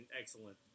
excellent